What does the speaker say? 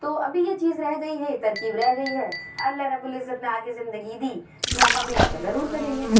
تو ابھی یہ چیز رہ گئی ہے ترکیب رہ گئی ہے اللہ رب العزت نے آگے زندگی دی موقع ملا تو ضرور کریں گے